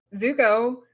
Zuko